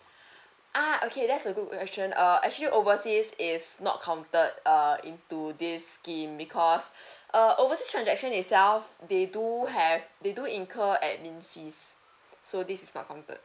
ah okay that's a good question uh actually overseas is not counted uh into this scheme because uh overseas transaction itself they do have they do incur admin fees so this is not counted